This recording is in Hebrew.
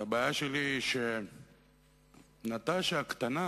והבעיה שלי היא שנטאשה הקטנה,